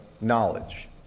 knowledge